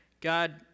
God